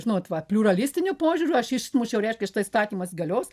žinot va pliuralistiniu požiūriu aš išmušiau reiškia šitas įstatymas galios